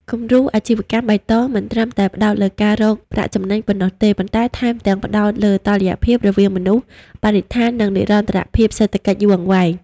គំរូអាជីវកម្មបៃតងមិនត្រឹមតែផ្ដោតលើការរកប្រាក់ចំណេញប៉ុណ្ណោះទេ ប៉ុន្តែថែមទាំងផ្ដោតលើតុល្យភាពរវាងមនុស្ស បរិស្ថាន និងនិរន្តរភាពសេដ្ឋកិច្ចយូរអង្វែង។